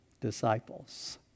disciples